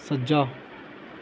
ਸੱਜਾ